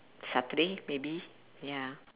saturday maybe ya